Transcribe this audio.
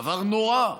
דבר נורא: